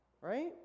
Right